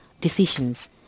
decisions